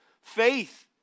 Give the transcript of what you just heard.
faith